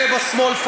אלה בשמאל,